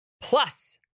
plus